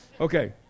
Okay